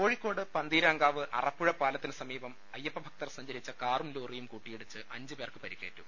കോഴിക്കോട് പന്തീരാങ്കാവ് അറപ്പുഴ പാലത്തിന് സമീപം അയ്യപ്പഭക്തർ സഞ്ചരിച്ച കാറും ലോറിയും കൂട്ടിയിടിച്ച് അഞ്ച് പേർക്ക് പരുക്കേറ്റു